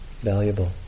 valuable